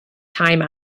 time